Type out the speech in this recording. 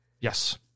Yes